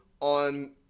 on